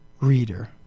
reader